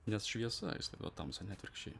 nes šviesa išsklaido tamsą ne atvirkščiai